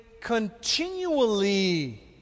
continually